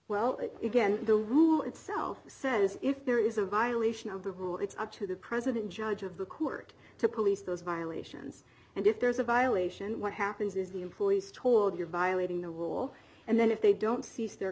well again the rule itself says if there is a violation of the rule it's up to the president judge of the court to police those violations and if there's a violation what happens is the employees toward your violating their will and then if they don't cease their